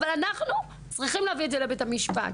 אבל אנחנו צריכים להביא את זה לבית המשפט.